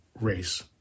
race